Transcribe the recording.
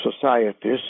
societies